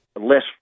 less